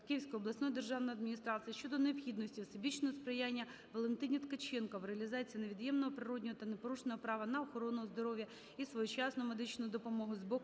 Київської обласної державної адміністрації щодо необхідності всебічного сприяння Валентині Ткаченко у реалізації невід'ємного природного та непорушного права на охорону здоров'я і своєчасну медичну допомогу з боку